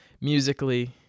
musically